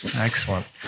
Excellent